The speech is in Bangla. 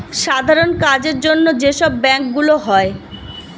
সাধারণ কাজের জন্য যে সব ব্যাংক গুলো হয়